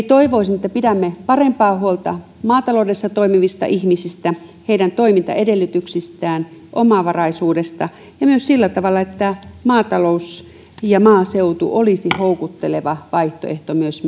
toivoisin että pidämme parempaa huolta maataloudessa toimivista ihmisistä ja heidän toimintaedellytyksistään sekä omavaraisuudesta ja myös että maatalous ja maaseutu olisi houkutteleva vaihtoehto myös